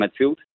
midfield